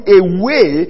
away